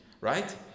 right